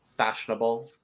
Fashionable